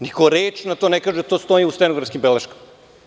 Niko reč na to ne kaže, a to stoji u stenografskim beleškama.